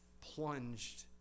plunged